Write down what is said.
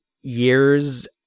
years